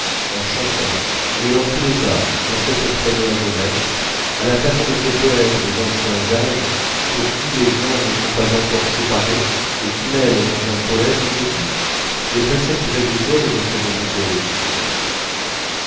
en chantant mêlant tous les arts dans cette première jeunesse à la façon de ces poètes des anciens âges pour qui les genres ne sont pas encore séparés et qui mêlent dans un poème épique les préceptes agricoles aux enseignements théologiques